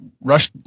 Rush